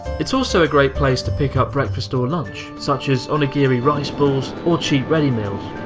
it's also a great place to pick up breakfast or lunch, such as onigiri rice balls or cheap ready meals.